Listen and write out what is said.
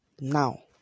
now